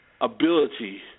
ability